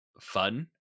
fun